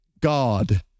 God